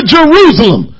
Jerusalem